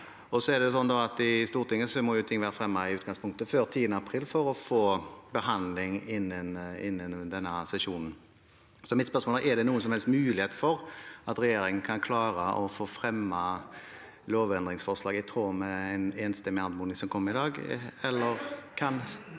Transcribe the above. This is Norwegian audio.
i utgangspunktet være fremmet før 10. april for å få en behandling innen denne sesjonen. Er det noen som helst mulighet for at regjeringen innen den tid kan klare å fremme lovendringsforslag i tråd med en enstemmig anmodning som kommer i dag,